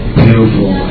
beautiful